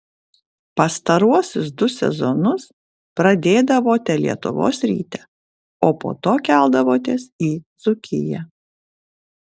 pastaruosius du sezonus pradėdavote lietuvos ryte o po to keldavotės į dzūkiją